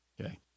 Okay